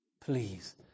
Please